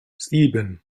sieben